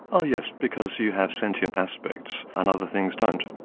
oh yes, because you have sentient aspects and other things don't.